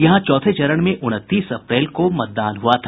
यहां चौथे चरण में उनतीस अप्रैल को मतदान हुआ था